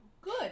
Good